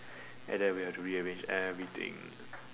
and then we had to rearrange everything